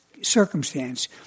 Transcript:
circumstance –